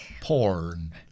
Porn